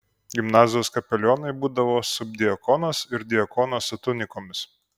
gimnazijos kapelionai būdavo subdiakonas ir diakonas su tunikomis